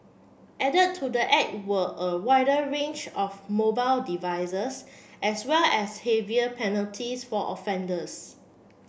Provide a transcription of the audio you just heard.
added to the act were a wider range of mobile as well as heavier penalties for offenders